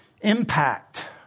impact